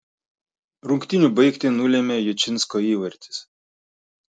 rungtynių baigtį nulėmė jučinsko įvartis